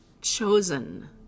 chosen